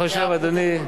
אדוני,